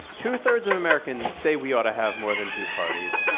two thirds of americans say we ought to have more than two parties.